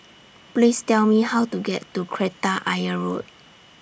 Please Tell Me How to get to Kreta Ayer Road